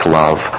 love